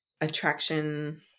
attraction-